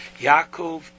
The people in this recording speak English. Yaakov